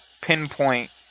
pinpoint